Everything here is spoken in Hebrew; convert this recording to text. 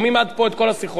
שומעים עד פה את כל השיחות.